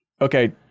Okay